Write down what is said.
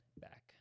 back